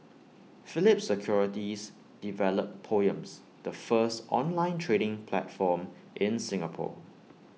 Phillip securities developed poems the first online trading platform in Singapore